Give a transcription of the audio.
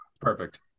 Perfect